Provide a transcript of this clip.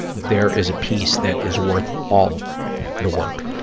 there is a peace that is worth all the work,